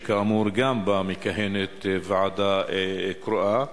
שכאמור גם בה מכהנת ועדה קרואה,